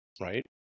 right